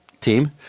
team